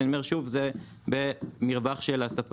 אני אומר שוב, זה במרווח של הספקים.